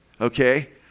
okay